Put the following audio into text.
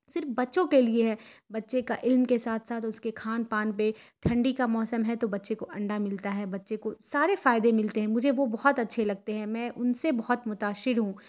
صرف بچوں کے لیے ہے بچے کا علم کے ساتھ ساتھ اس کے کھان پان پہ ٹھنڈی کا موسم ہے تو بچے کو انڈا ملتا ہے بچے کو سارے فائدے ملتے ہیں مجھے وہ بہت اچھے لگتے ہیں میں ان سے بہت متاثر ہوں